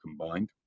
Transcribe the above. combined